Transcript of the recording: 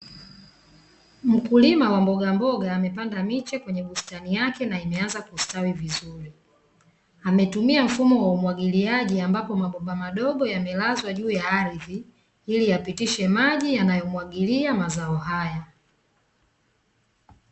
Mkulima wa mboga mboga, amepanda miche kwenye bustani yake na imeanza kustawi vizuri. Ametumia mfumo wa umwagiliaji ambapo mabomba madogo yamelazwa juu ya ardhi ili yapitishe maji yanayomwagilia mazao haya.